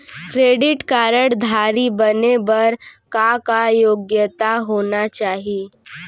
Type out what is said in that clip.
Credit card धारी बने बर का का योग्यता होना चाही?